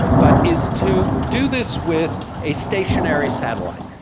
but is to do this with a stationary satellite.